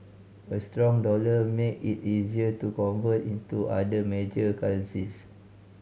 a strong dollar makes it easier to convert into other major currencies